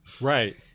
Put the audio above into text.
Right